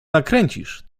nakręcisz